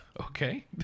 Okay